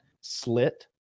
slit